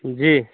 जी